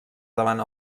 davant